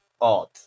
odd